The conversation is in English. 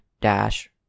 dash